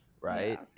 Right